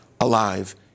alive